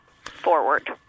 Forward